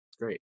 great